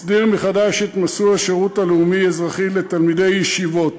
הסדיר מחדש את מסלול השירות הלאומי-אזרחי לתלמידי ישיבות.